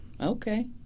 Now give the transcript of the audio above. Okay